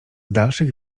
dalszych